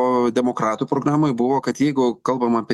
o demokratų programoj buvo kad jeigu kalbam apie